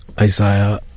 Isaiah